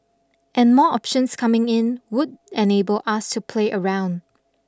and more options coming in would enable us to play around